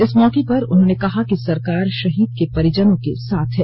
इस मौके पर उन्होंने कहा कि सरकार शहीद के परिजनों के साथ हैं